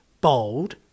bold